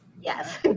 yes